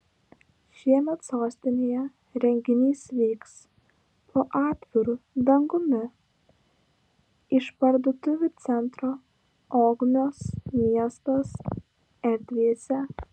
šiemet sostinėje renginys vyks po atviru dangumi išparduotuvių centro ogmios miestas erdvėse